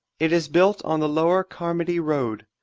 it is built on the lower carmody road.